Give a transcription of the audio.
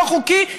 לא חוקי,